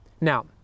Now